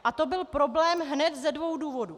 A to byl problém hned ze dvou důvodů.